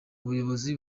ubuyobozi